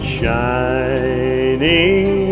shining